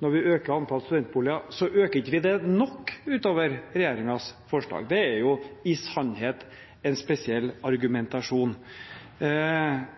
når vi øker antall studentboliger, øker vi det ikke nok utover regjeringens forslag. Det er i sannhet en spesiell argumentasjon.